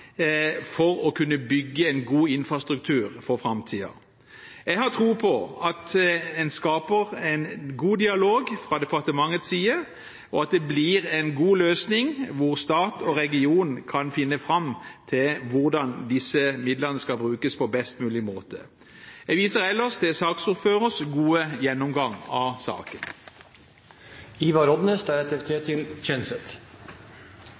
for å kunne bygge en god infrastruktur for framtiden. Jeg har tro på at en skaper en god dialog fra departementets side, og at det blir en god løsning, der stat og region kan finne fram til hvordan disse midlene skal brukes på best mulig måte. Jeg viser ellers til saksordførerens gode gjennomgang av saken.